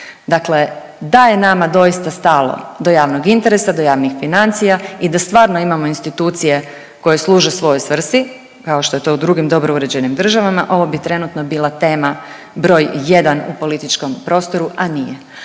Dakle, da je nama doista stalo do javnog interesa, do javnih financija i da stvarno imamo institucije koje služe svojoj svrsi kao što je to u drugim dobro uređenim državama ovo bi trenutno bila tema broj 1 u političkom prostoru, a nije.